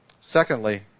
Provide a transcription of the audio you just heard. Secondly